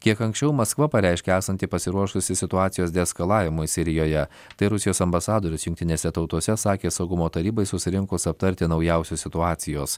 kiek anksčiau maskva pareiškė esanti pasiruošusi situacijos deeskalavimui sirijoje tai rusijos ambasadorius jungtinėse tautose sakė saugumo tarybai susirinkus aptarti naujausios situacijos